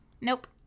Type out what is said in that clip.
Nope